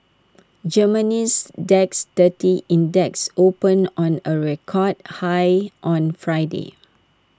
Germany's Dax thirty index opened on A record high on Friday